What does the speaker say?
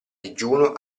digiuno